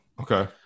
Okay